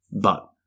but-